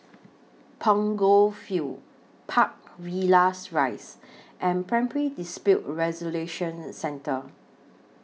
Punggol Field Park Villas Rise and Primary Dispute Resolution Centre